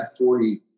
40